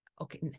Okay